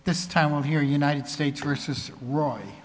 this time around here united states versus roy